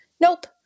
Nope